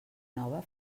nova